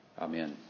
Amen